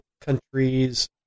countries